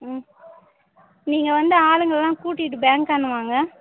ம் நீங்கள் வந்து ஆளுங்கல்லாம் கூட்டிகிட்டு பேங்க்காண்ட வாங்க